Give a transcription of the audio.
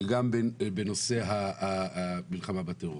וגם בנושא המלחמה בטרור.